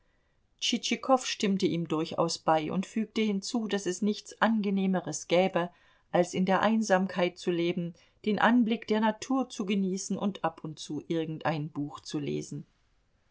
tschitschikow stimmte ihm durchaus bei und fügte hinzu daß es nichts angenehmeres gäbe als in der einsamkeit zu leben den anblick der natur zu genießen und ab und zu irgendein buch zu lesen